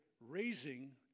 raising